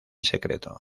secreto